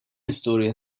istorja